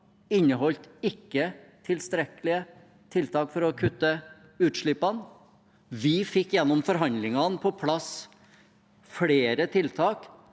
inneholdt ikke tilstrekkelige tiltak for å kutte utslippene. Gjennom forhandlingene fikk vi på plass flere tiltak